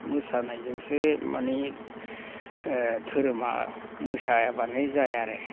मोसानायजोंसो माने धोरोमा मोसायाबानो जाया आरो